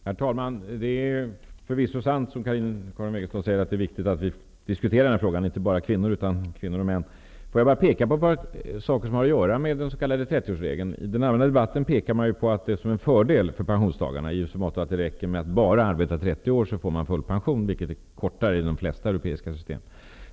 Herr talman! Det är förvisso sant, som Karin Wegestål säger, att det är viktigt att vi diskuterar den här frågan. Det gäller inte bara kvinnor, utan kvinnor och män. Får jag bara peka på ett par saker som har att göra med den s.k. 30-årsregeln. I den allmänna debatten pekar man på att den är en fördel för pensionstagarna i så måtto att det räcker med att arbeta i 30 år för att få full pension, vilket är kortare än inom de flesta europeiska system.